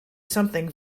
something